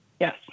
Yes